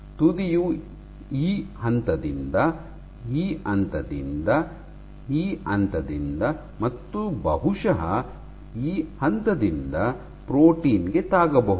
ತುದಿಯು ಈ ಹಂತದಿಂದ ಮತ್ತು ಬಹುಶಃ ಈ ಹಂತದಿಂದ ಪ್ರೋಟೀನ್ ಗೆ ತಾಗಬಹುದು